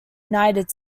united